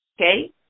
Okay